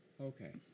Okay